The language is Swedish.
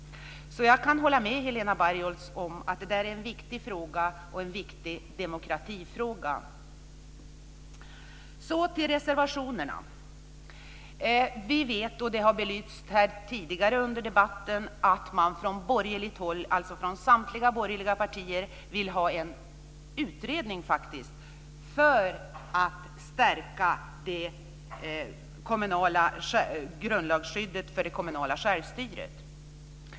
Jag kan hålla med Helena Bargholtz om att det är en viktig fråga och en viktig demokratifråga. Så går jag över till reservationerna. Vi vet, som också har belysts tidigare under debatten, att samtliga borgerliga partier vill ha en utredning för att stärka det kommunala grundlagsskyddet för den kommunala självstyrelsen.